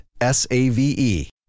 S-A-V-E